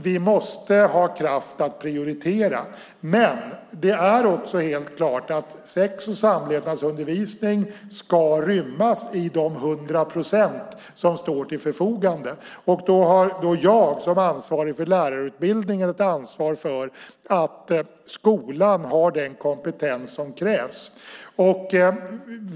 Vi måste ha kraft att prioritera. Men det är också helt klart att sex och samlevnadsundervisning ska rymmas inom de 100 procent som står till förfogande, och då har jag som ansvarig för lärarutbildningen ett ansvar för att skolan har den kompetens som krävs.